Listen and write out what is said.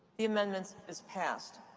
the amendment is passed.